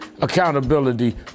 accountability